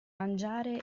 mangiare